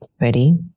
ready